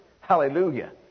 Hallelujah